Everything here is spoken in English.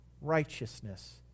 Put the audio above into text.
righteousness